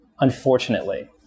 unfortunately